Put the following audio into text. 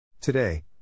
Today